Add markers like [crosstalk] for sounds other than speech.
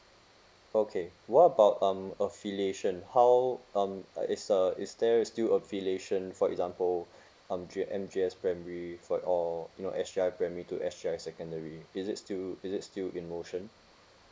okay what about um affiliation how um uh is a is there is still affiliation for example [breath] um J N J S primary for or you know S_J_I primary to S_J_I secondary is it still is it still in motion